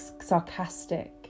sarcastic